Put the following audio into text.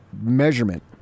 measurement